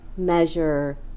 Measure